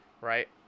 right